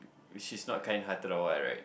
she's not kind hearted or what right